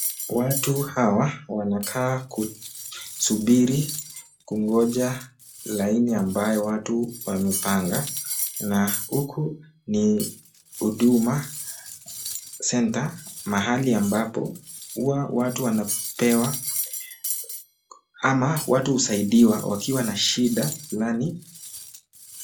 Watu hawa wanakaa kusubiri kungonja laini ambayo watu wamepanga na huku ni Huduma centre mahali ambapo huwa watu wanapewa ama wanasaidiwa wakiwa na shinda fulani